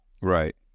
Right